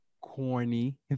corny